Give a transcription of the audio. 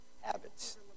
habits